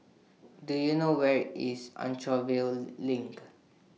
Do YOU know Where IS Anchorvale LINK